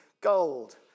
gold